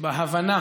בהבנת